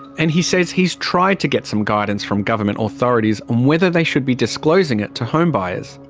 and he says he's tried to get some guidance from government authorities on whether they should be disclosing it to homebuyers.